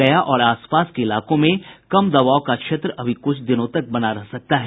गया और आसपास के इलाकों में कम दबाव का क्षेत्र अभी कुछ दिनों तक बना रह सकता है